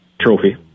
trophy